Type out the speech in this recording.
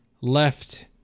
left